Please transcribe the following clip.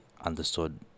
understood